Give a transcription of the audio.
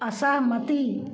असहमति